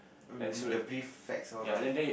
the prefects all lah